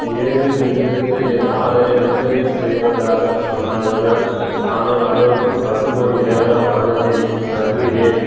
ஏழு நிமிடத்தில் என் ஆர்டரை டெலிவெரி செய்வதாக சொன்னார்கள் ஆனால் அதற்கு பத்து மணிநேரம் ஆனதே அது ஏன்